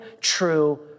true